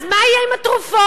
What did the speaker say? אז מה יהיה עם התרופות?